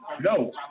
No